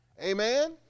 amen